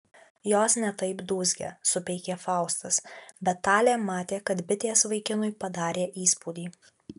jos ne taip dūzgia supeikė faustas bet talė matė kad bitės vaikinui padarė įspūdį